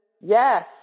Yes